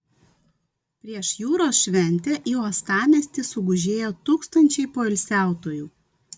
prieš jūros šventę į uostamiestį sugužėjo tūkstančiai poilsiautojų